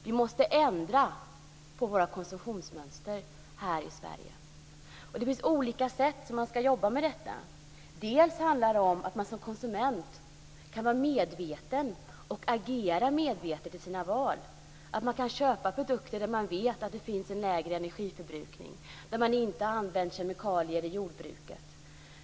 Vi måste ändra på våra konsumtionsmönster här i Sverige. Det finns olika sätt att jobba med detta. Bl.a. handlar det om att man som konsument kan vara medveten och agera medvetet i sina val, att man kan köpa produkter för vilka man vet att det krävs en lägre energiförbrukning och för vilka man vet att det inte har använts kemikalier i jordbruket.